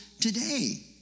today